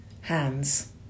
Hands